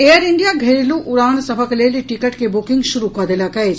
air India घरेलू उड़ान सभक लेल टिकट के बुकिंग शुरू कऽ देलक अछि